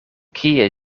kie